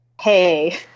hey